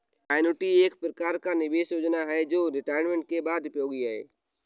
annuity एक प्रकार का निवेश योजना है जो रिटायरमेंट के बाद उपयोगी है